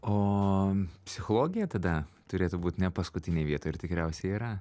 o psichologija tada turėtų būt ne paskutinėj vietoj ir tikriausiai yra